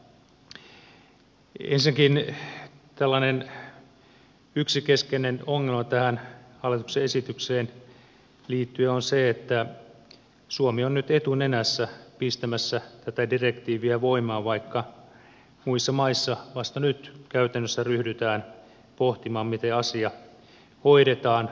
ensinnäkin tällainen yksi keskeinen ongelma tähän hallituksen esitykseen liittyen on se että suomi on nyt etunenässä pistämässä tätä direktiiviä voimaan vaikka muissa maissa vasta nyt käytännössä ryhdytään pohtimaan miten asia hoidetaan